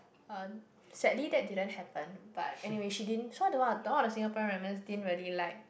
uh sadly that didn't happen but anyway she didn't so about the all the Singaporeans didn't really like